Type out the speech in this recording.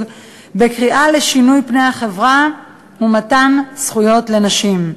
בקריאה לשינוי פני החברה ולמתן זכויות לנשים.